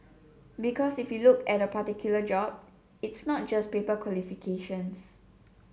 because if you look at a particular job it's not just paper qualifications